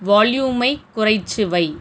வால்யூமை குறைச்சு வை